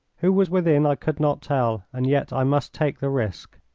who was within i could not tell, and yet i must take the risk.